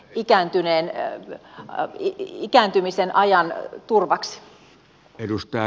ikääntyneen ja hän hyvän ikääntymisen ajan turvaksi